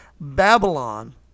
Babylon